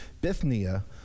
Bithynia